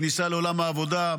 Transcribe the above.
כניסה לעולם העבודה,